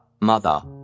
mother